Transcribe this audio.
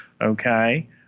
okay